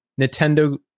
Nintendo